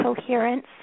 coherence